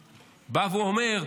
אומר: